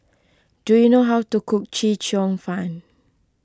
do you know how to cook Chee Cheong Fun